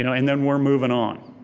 you know and then we're moving on.